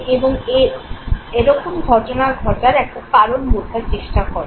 এবং এরকম ঘটার একটা কারণ বোঝার চেষ্টা করেন